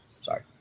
Sorry